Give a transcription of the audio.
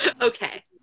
Okay